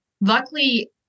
Luckily